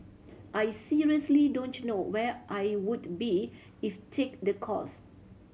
I seriously don't know where I would be if take the course